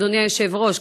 אדוני היושב-ראש,